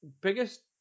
Biggest